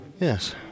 Yes